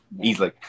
easily